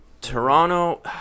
toronto